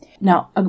Now